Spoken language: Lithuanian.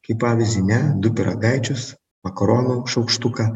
kaip pavyzdį ne du pyragaičius makaronų šaukštuką